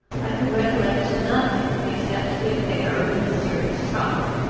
i could recollect nothing, except the affair of the mysterious trunk,